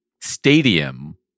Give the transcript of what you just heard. stadium